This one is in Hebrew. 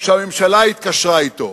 שהממשלה התקשרה אתו".